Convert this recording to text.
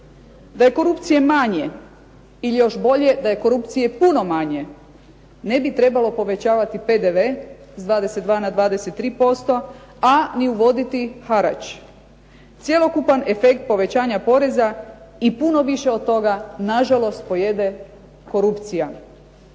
Da je korupcije manje ili još bolje da je korupcije puno manje ne bi trebalo povećavati PDV s 22 na 23%, a ni uvoditi harač. Cjelokupan efekt povećanja poreza i puno više od toga na žalost pojede korupcija.